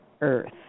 earth